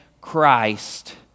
Christ